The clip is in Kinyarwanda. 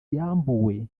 yambuwe